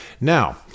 Now